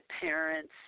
parents